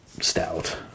stout